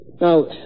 Now